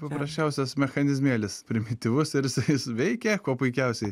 paprasčiausias mechanizmėlis primityvus ir jisai veikia kuo puikiausiai